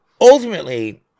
ultimately